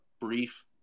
brief